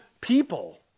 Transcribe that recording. people